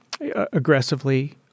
aggressively